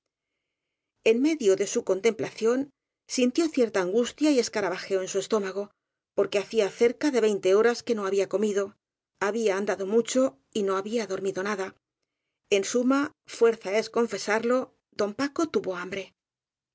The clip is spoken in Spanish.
en medio de su contemplación sintió cierta an gustia y escarabajeo en su estómago porque hacía cerca de veinte horas que no había comido había andado mucho y no había dormido nada en suma fuerza es confesarlo don paco tuvo hambre